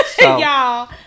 Y'all